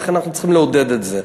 לכן אנחנו צריכים לעודד את זה.